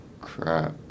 crap